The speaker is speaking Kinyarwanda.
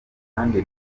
kandi